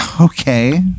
okay